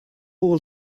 all